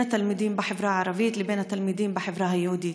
התלמידים בחברה הערבית לבין התלמידים בחברה היהודית.